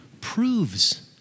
proves